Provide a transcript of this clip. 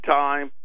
time